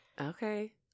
Okay